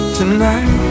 tonight